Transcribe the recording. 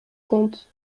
conte